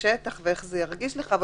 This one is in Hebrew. בשטח ואיך זה ירגיש לך לפני שאתה מגיע למקום.